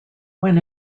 when